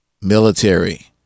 military